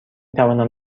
توانم